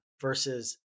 versus